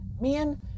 Man